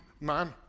man